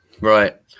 Right